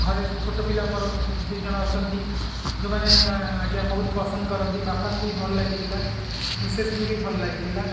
ଘରେ ଛୋଟପିଲା ମୋର ଦୁଇଜଣ ଅଛନ୍ତି ଯେଉଁମାନେ ଆଜ୍ଞା ବହୁତ ପସନ୍ଦ କରନ୍ତି ବାପାଙ୍କୁ ବି ଭଲ ଲାଗିଥିଲା ମିସେସ୍ଙ୍କୁ ବି ଭଲ ଲାଗିଥିଲା